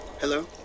Hello